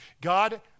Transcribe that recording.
God